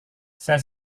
saya